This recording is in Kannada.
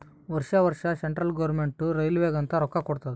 ವರ್ಷಾ ವರ್ಷಾ ಸೆಂಟ್ರಲ್ ಗೌರ್ಮೆಂಟ್ ರೈಲ್ವೇಗ ಅಂತ್ ರೊಕ್ಕಾ ಕೊಡ್ತಾದ್